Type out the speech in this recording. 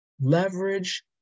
leverage